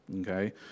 okay